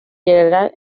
general